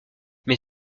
mais